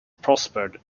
prospered